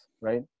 right